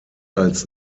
als